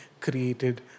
created